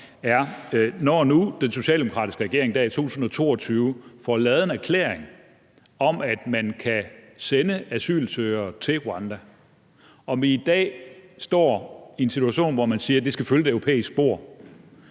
er: Når nu den socialdemokratiske regering der i 2022 får lavet en erklæring om, at man kan sende asylsøgere til Rwanda, og vi i dag står i en situation, hvor man siger, at det skal følge et europæisk spor,